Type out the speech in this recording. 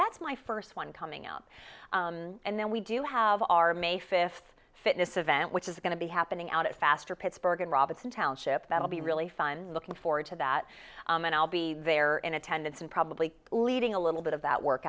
that's my first one coming up and then we do have our may fifth fitness event which is going to be happening out at faster pittsburgh and robinson township that will be really fun looking forward to that and i'll be there in attendance and probably leading a little bit of that work